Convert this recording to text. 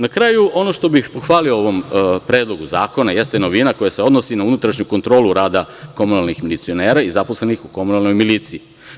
Na kraju, ono što bih pohvalio u ovom Predlogu zakona jeste novina koja se odnosi na unutrašnju kontrolu rada komunalnih milicionera i zaposlenih u komunalnoj miliciji.